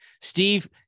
steve